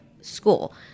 school